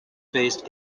faced